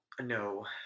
No